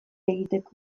egiteko